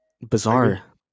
bizarre